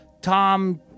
Tom